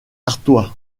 artois